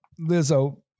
Lizzo